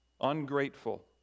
ungrateful